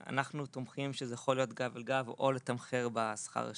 אנחנו תומכים בכך שזה יהיה גב אל גב או לתמחר בשכר השעתי.